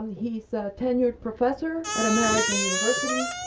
he's a tenured professor at american university.